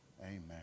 Amen